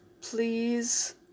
Please